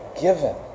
given